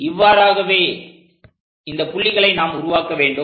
இவ்வாறாகவே இந்தப் புள்ளிகளை நாம் உருவாக்க வேண்டும்